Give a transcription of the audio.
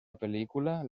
pel·lícula